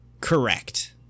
Correct